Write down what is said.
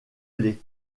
les